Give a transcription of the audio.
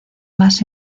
más